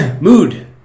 mood